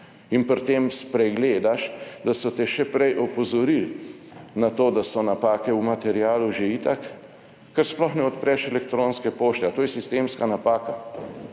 in pri tem spregledaš, da so te še prej opozorili na to, da so napake v materialu že itak, ker sploh ne odpreš elektronske pošte. A to je sistemska napaka?